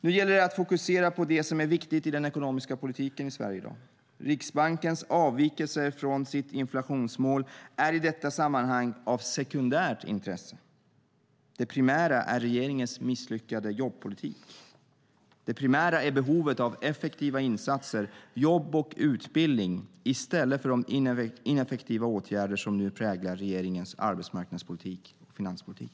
Nu gäller det att fokusera på det som är viktigt i den ekonomiska politiken i Sverige i dag. Riksbankens avvikelser från sitt inflationsmål är i detta sammanhang av sekundärt intresse. Det primära är regeringens misslyckade jobbpolitik. Det primära är behovet av effektiva insatser, jobb och utbildning, i stället för de ineffektiva åtgärder som nu präglar regeringens arbetsmarknadspolitik och finanspolitik.